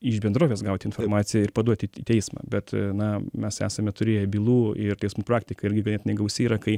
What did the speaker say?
iš bendrovės gauti informaciją ir paduoti teismą bet na mes esame turėję bylų ir teismų praktika irgi ganėtinai gausi yra kai